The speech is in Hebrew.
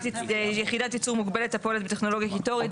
יחידת ייצור מוגבלת הפועלת בטכנולוגיה קיטורית,